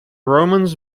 romans